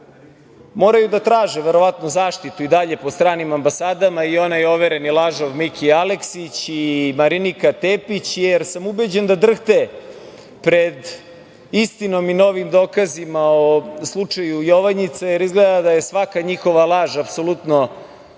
moraju da traže verovatno zaštitu i dalje po stranim ambasadama i onaj overeni lažov Miki Aleksić i Marinika Tepić, jer sam ubeđen drhte pred istinom i novim dokazima o slučaju „Jovanjica“, jer izgleda da je svaka njihova laž apsolutno